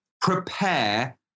prepare